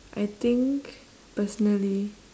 I think personally